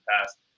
past